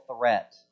threat